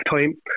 time